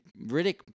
Riddick